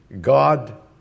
God